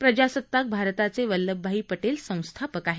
प्रजासत्ताक भारताचे वल्लभभाई पटेल संस्थापक आहेत